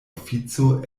ofico